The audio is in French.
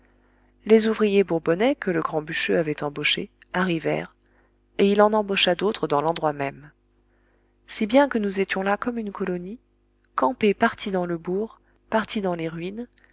les ouvriers bourbonnais que le grand bûcheux avait embauchés arrivèrent et il en embaucha d'autres dans l'endroit même si bien que nous étions là comme une colonie campée partie dans le bourg partie dans les ruines